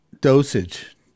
dosage